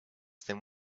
than